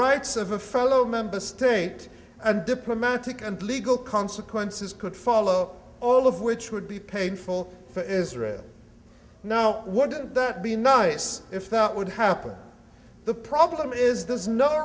rights of a fellow member state and diplomatic and legal consequences could follow all of which would be painful for israel now wouldn't that be nice if that would happen the problem is there's no